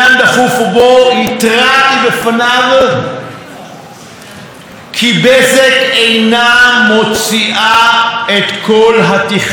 מוציאה לדרך את כל התכנון של הרפורמה בטלפונים הקוויים.